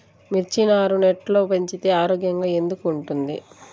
మిర్చి నారు నెట్లో పెంచితే ఆరోగ్యంగా ఎందుకు ఉంటుంది?